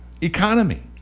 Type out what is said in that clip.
economy